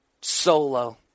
solo